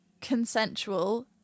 consensual